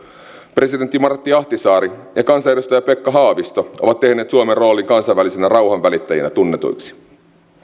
presidentti martti ahtisaari ja kansanedustaja pekka haavisto ovat tehneet suomen roolin kansainvälisenä rauhanvälittäjänä tunnetuksi